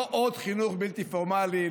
לא עוד חינוך בלתי פורמלי,